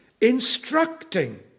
instructing